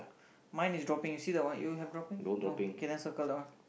mine is dropping you see that one you have dropping no K then circle that one